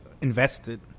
invested